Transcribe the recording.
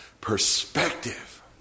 Perspective